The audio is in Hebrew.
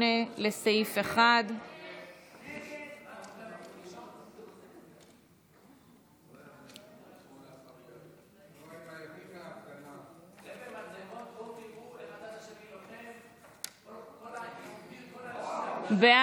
8, לסעיף 1. הסתייגות 8 לא נתקבלה.